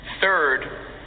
Third